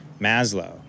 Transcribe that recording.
Maslow